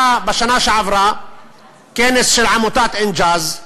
בשנה שעברה היה כנס של עמותת "אינג'אז",